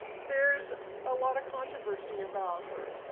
there's a lot of controversy about her.